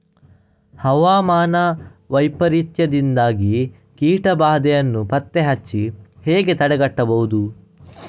ಹವಾಮಾನ ವೈಪರೀತ್ಯದಿಂದಾಗಿ ಕೀಟ ಬಾಧೆಯನ್ನು ಪತ್ತೆ ಹಚ್ಚಿ ಹೇಗೆ ತಡೆಗಟ್ಟಬಹುದು?